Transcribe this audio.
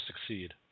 succeed